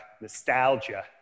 nostalgia